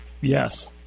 yes